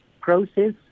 process